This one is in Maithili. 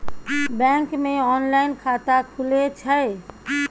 बैंक मे ऑनलाइन खाता खुले छै?